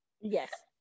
Yes